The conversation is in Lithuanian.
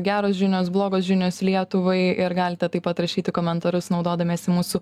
geros žinios blogos žinios lietuvai ir galite taip pat rašyti komentarus naudodamiesi mūsų